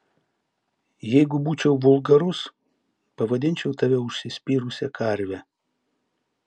jeigu būčiau vulgarus pavadinčiau tave užsispyrusia karve